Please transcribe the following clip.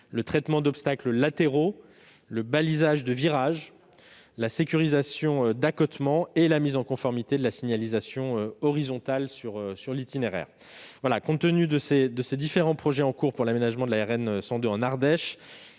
le traitement d'obstacles latéraux, le balisage de virages, la sécurisation d'accotements et la mise en conformité de la signalisation horizontale sur l'itinéraire. Compte tenu de ces différents projets en cours pour l'aménagement de la RN 102 en Ardèche,